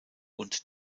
und